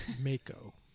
Mako